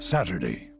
Saturday